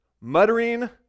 muttering